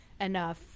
enough